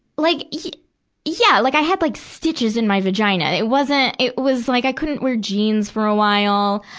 like, yeah. yeah like i had like stitches in my vagina. it wasn't, it was like i couldn't wear jeans for a while.